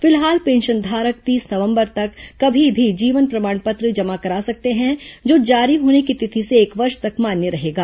फिलहाल पेंशनधारक तीस नवंबर तक कभी भी जीवन प्रमाण पत्र जमा करा सकते हैं जो जारी होने की तिथि से एक वर्ष तक मान्य रहेगा